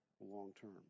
long-term